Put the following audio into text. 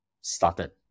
started